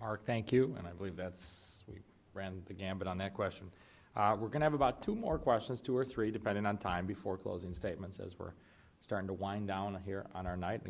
mark thank you and i believe that's we ran the gamut on that question we're going have about two more questions two or three depending on time before closing statements as we're starting to wind down here on our night and